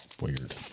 weird